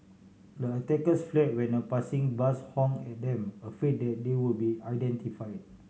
the attackers fled when a passing bus honk at them afraid that they would be identify